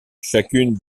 chacune